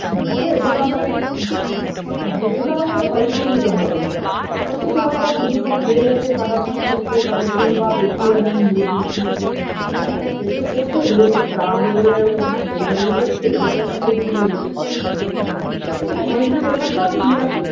হুম তবে এর জন্য আপনাকে হ্যাঁ এর জন্য আপনাকে কোনো পারিশ্রমিক দিতে হবে না হয়তো কোনোরকম ভুলভাল হয়ে গেছে কাটার ক্ষেত্রে বা কিছু বা বেশি আমি মুড়ে দিয়েছি অনেকের তো করছে ধরুন তাড়াহুড়ো করেও ডেলিভারি দিতে হচ্ছে সেই কারণে হয়তো হয়ে যেতে পারে ঠিক আছে মনে কিছু করবেন না আপনি নিয়ে আসুন